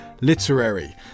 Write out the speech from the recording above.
Literary